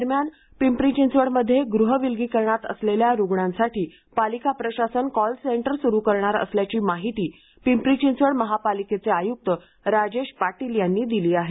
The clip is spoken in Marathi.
दरम्यान पिंपरी चिंचवडमध्ये गृहविलगीकरणात असलेल्या रूग्णासांठी पालिका प्रशासन कॉल सेंटर सुरू करणार असल्याची माहिती पिंपरी चिंचवड महापालिकेचे आयुक्त राजेश पाटील यांनी दिली आहे